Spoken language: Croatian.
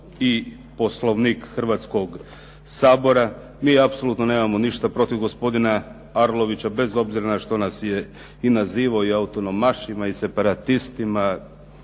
i poslovnik Hrvatskoga sabora. Mi apsolutno nemamo ništa protiv gospodina Arlovića bez obzira na što nas je nazivao i autonomašima i separatistima,